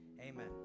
Amen